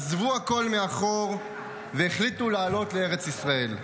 עזבו הכול מאחור והחליטו לעלות לארץ ישראל.